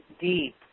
deep